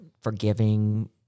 forgiving